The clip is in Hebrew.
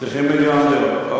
צריכים מיליון דירות.